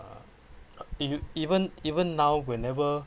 uh e~ even even now whenever